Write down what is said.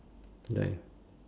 die